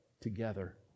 together